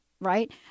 right